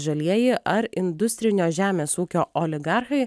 žalieji ar industrinio žemės ūkio oligarchai